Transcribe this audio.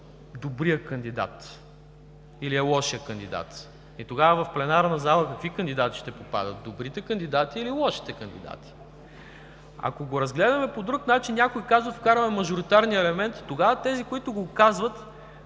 „добрият“ кандидат или е „лошият“ кандидат? Тогава в пленарната зала какви кандидати ще попадат – „добрите“ или „лошите“ кандидати? Ако го разгледаме по друг начин – някои казват: вкарваме мажоритарния елемент. Тогава тези, които го казват,